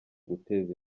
guteza